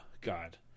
God